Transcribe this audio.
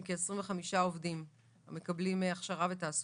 עם כ-25 עובדים המקבלים הכשרה ותעסוקה.